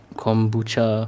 kombucha